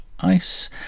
ice